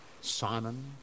Simon